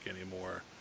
anymore